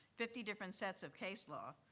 fifty different sets of case law,